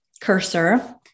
cursor